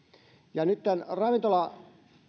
nyt